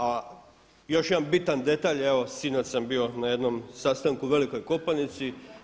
A još jedan bitan detalj, evo sinoć sam bio na jednom sastanku u Velikoj Kopanici.